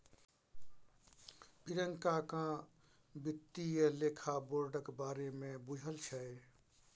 प्रियंका केँ बित्तीय लेखा बोर्डक बारे मे बुझल छै